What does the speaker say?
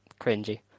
cringy